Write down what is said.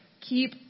Keep